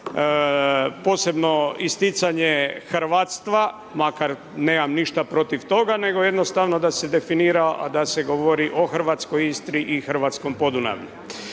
posebno isticanje hrvatstva, makar nemam ništa protiv toga, nego jednostavno da se definira, da se govori o hrvatskoj Istri i hrvatskom Podunavlju.